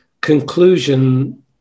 conclusion